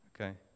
Okay